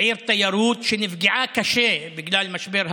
עיר תיירות שנפגעה קשה בגלל משבר הקורונה.